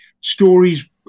stories